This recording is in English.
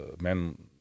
men